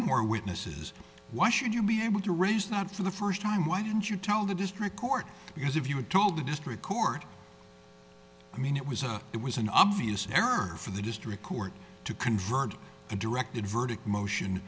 more witnesses why should you be able to raise not for the first time why didn't you tell the district court because if you had told the district court i mean it was it was an obvious error for the district court to convert a directed verdict motion